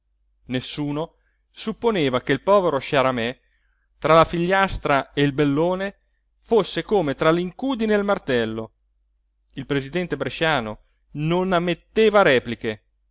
nessuno supponeva che il povero sciaramè tra la figliastra e il bellone fosse come tra l'incudine e il martello il presidente bresciano non ammetteva repliche